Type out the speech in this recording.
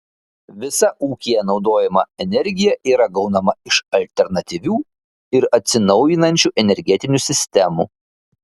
visa ūkyje naudojama energija yra gaunama iš alternatyvių ir atsinaujinančių energetinių sistemų